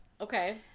Okay